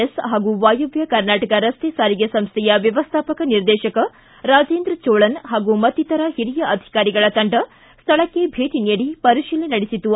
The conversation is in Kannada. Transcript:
ಎಸ್ ಹಾಗೂ ವಾಯವ್ಯ ಕರ್ನಾಟಕ ರಸ್ತೆ ಸಾರಿಗೆ ಸಂಸ್ಥೆಯ ವ್ಯವಸ್ಥಾಪಕ ನಿರ್ದೇಶಕ ರಾಜೇಂದ್ರ ಜೋಳನ್ ಹಾಗೂ ಮತ್ತಿತರ ಹಿರಿಯ ಅಧಿಕಾರಿಗಳ ತಂಡ ಸ್ವಳಕ್ಷೆ ಭೇಟ ನೀಡಿ ಪರಿಶೀಲನೆ ನಡೆಸಿತು